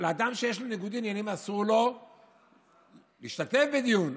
לאדם שיש לו ניגוד עניינים אסור להשתתף בדיון,